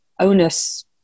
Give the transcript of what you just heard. onus